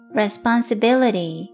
responsibility